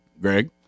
Greg